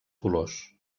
colors